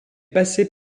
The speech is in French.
passer